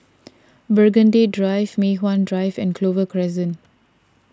Burgundy Drive Mei Hwan Drive and Clover Crescent